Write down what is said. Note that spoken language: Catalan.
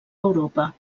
europa